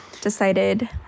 decided